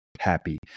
happy